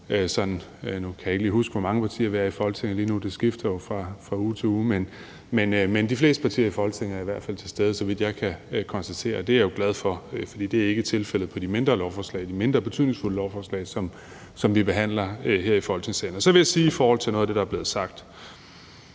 jeg kan ikke lige huske, hvor mange partier vi er i Folketinget lige nu; det skifter jo fra uge til uge – til stede i Folketingssalen. Det er jeg som sagt glad for, for det er ikke tilfældet ved de mindre betydningsfulde lovforslag, som vi behandler her i Folketingssalen. Så vil jeg kommentere noget af det, der er blevet sagt.